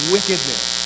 Wickedness